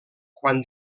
quan